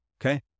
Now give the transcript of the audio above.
okay